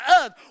earth